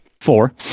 four